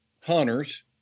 hunters